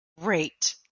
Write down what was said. great